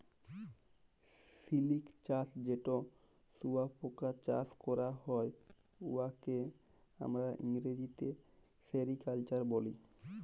সিলিক চাষ যেট শুঁয়াপকা চাষ ক্যরা হ্যয়, উয়াকে আমরা ইংরেজিতে সেরিকালচার ব্যলি